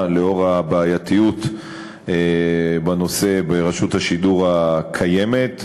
לנוכח הבעייתיות בנושא ברשות השידור הקיימת,